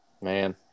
Man